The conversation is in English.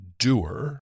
doer